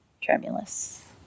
tremulous